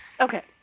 okay